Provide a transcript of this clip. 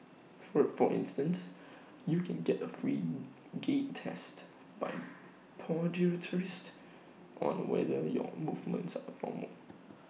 for instance you can get A free gait test by podiatrists on whether your movements are normal